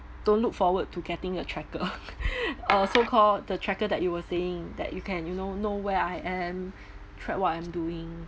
don't look forward to getting a tracker uh so called the tracker that you were saying that you can you know know where I am track what I'm doing